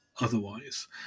otherwise